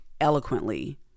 eloquently